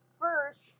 First